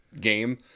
game